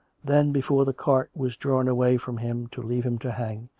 then, before the cart was drawn away from him to leave him to hang,